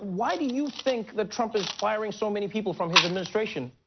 why do you think that trump is firing so many people from his administration?